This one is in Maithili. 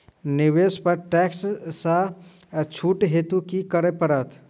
निवेश पर टैक्स सँ छुट हेतु की करै पड़त?